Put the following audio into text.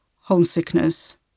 homesickness